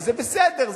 וזה בסדר,